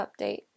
update